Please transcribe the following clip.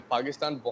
Pakistan